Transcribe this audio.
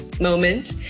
moment